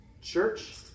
church